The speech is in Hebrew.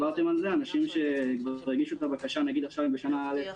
אנשים שכבר הגישו את הבקשה, עכשיו הם בשנה א'.